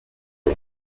one